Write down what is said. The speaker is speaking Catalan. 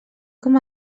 com